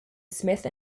smith